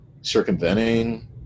circumventing